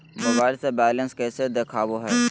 Mobile से balance कैसे देखाबो है?